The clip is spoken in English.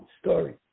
story